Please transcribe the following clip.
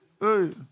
hey